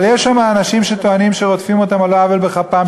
אבל יש שם אנשים שטוענים שרודפים אותם על לא עוול בכפם,